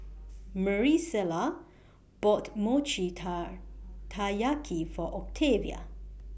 Maricela bought Mochi Tai Taiyaki For Octavia